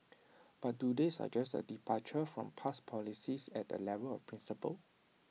but do they suggest A departure from past policies at the level of principle